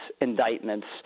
indictments